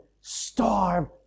starve